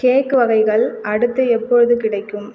cake வகைகள் அடுத்து எப்பொழுது கிடைக்கும்